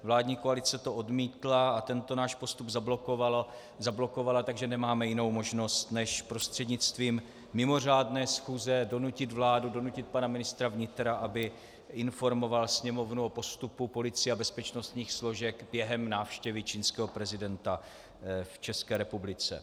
Vládní koalice to odmítla a tento náš postup zablokovala, takže nemáme jinou možnost než prostřednictvím mimořádné schůze donutit vládu, donutit pana ministra vnitra, aby informoval Sněmovnu o postupu policie a bezpečnostních složek během návštěvy čínského prezidenta v České republice.